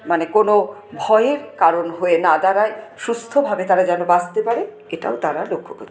মানে কোনও ভয়ের কারণ হয়ে না দাঁড়ায় সুস্থভাবে তারা যেন বাঁচতে পারে এটাও তারা লক্ষ্য করে